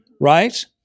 right